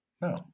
no